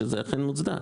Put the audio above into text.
שזה אכן מוצדק.